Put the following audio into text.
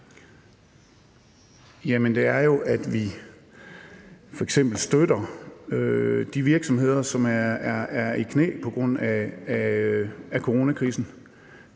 Det er jo, at vi f.eks. støtter de virksomheder, som er i knæ på grund af coronakrisen.